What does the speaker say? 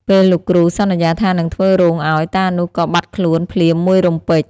ពេលលោកគ្រូសន្យាថានឹងធ្វើរោងឲ្យ តានោះក៏បាត់ខ្លួនភ្លាមមួយរំពេច ។